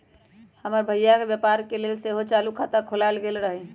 हमर भइया के व्यापार के लेल सेहो चालू खता खोलायल गेल रहइ